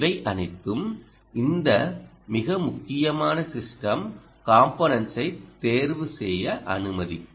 இவை அனைத்தும் இந்த மிக முக்கியமான சிஸ்டம் காம்போனென்ட்ஸைத் தேர்வுசெய்ய அனுமதிக்கும்